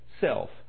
self